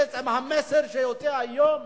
בעצם המסר שיוצא היום: